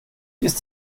ist